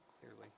clearly